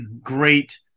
great